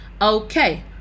okay